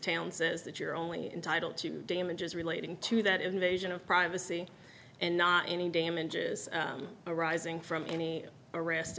town says that you're only entitle to damages relating to that invasion of privacy and not any damages arising from any arrest